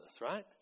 right